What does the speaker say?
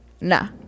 nah